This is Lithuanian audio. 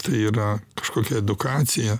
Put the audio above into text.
tai yra kažkokia edukacija